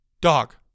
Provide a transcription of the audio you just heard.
Dog